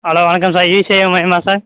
hello வணக்கம் sir e சேவை மையமா சார்